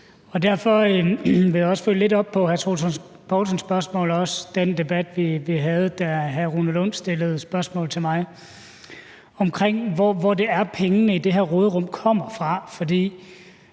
Derfor vil jeg også følge lidt op på hr. Troels Lund Poulsens spørgsmål og den debat, vi havde, da hr. Rune Lund stillede spørgsmål til mig, om, hvor pengene i det her råderum kommer fra.